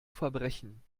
verbrechen